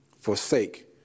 forsake